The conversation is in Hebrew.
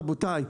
רבותיי,